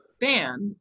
band